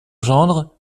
gendre